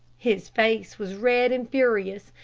his face was red and furious.